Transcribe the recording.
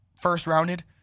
first-rounded